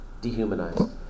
dehumanized